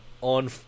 on